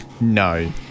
No